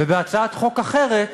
ובהצעת חוק אחרת